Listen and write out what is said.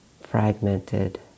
fragmented